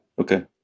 Okay